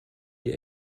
die